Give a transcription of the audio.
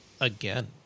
again